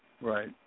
Right